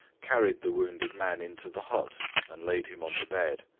carried the wounded man into the hut and laid him on the bed.